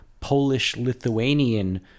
Polish-Lithuanian